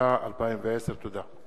התש"ע 2010. תודה.